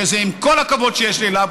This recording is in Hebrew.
שעם כל הכבוד שיש לי אליו,